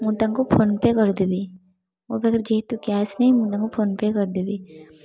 ମୁଁ ତାଙ୍କୁ ଫୋନ୍ପେ କରିଦେବି ମୋ ପାଖରେ ଯେହେତୁ କ୍ୟାସ୍ ନାହିଁ ମୁଁ ତାଙ୍କୁ ଫୋନ୍ପେ କରିଦେବି